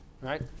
right